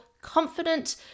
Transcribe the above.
Confident